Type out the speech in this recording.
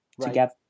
together